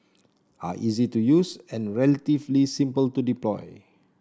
are easy to use and relatively simple to deploy